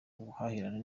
ubuhahirane